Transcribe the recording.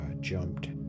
jumped